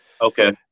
okay